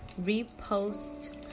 repost